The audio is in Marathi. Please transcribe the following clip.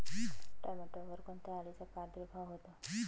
टोमॅटोवर कोणत्या अळीचा प्रादुर्भाव होतो?